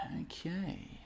Okay